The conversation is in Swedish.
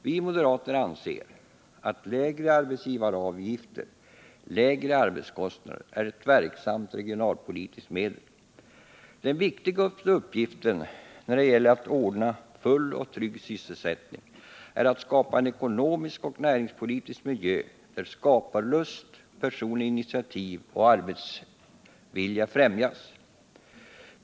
Vi moderater anser att lägre arbetsgivaravgifter — lägre arbetskostnader — är ett verksamt regionalpolitisk medel. Den viktigaste uppgiften när det gäller att ordna full och trygg sysselsättning är att skapa en ekonomisk och näringspolitisk miljö där skaparlust, personligt initiativ och arbetsvilja främjas.